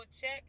check